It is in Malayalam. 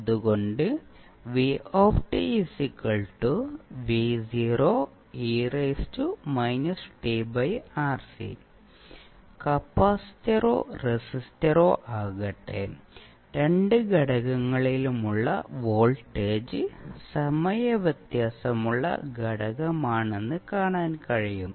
അതുകൊണ്ടു കപ്പാസിറ്ററോ റെസിസ്റ്ററോ ആകട്ടെ രണ്ട് ഘടകങ്ങളിലുമുള്ള വോൾട്ടേജ് സമയ വ്യത്യാസമുള്ള ഘടകമാണെന്ന് കാണാൻ കഴിയും